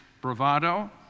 bravado